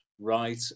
right